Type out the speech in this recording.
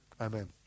Amen